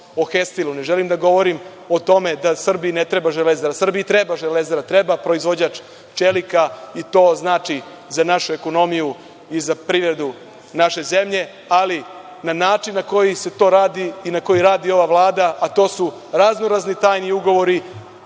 ne želim da govorim o tome da Srbiji ne treba „Železara“. Srbiji treba „Železara“, treba proizvođač čelika i to znači za našu ekonomiju i za privredu naše zemlje, ali na način na koji se to radi i na koji radi ova Vlada, a to su razno razni tajni ugovori,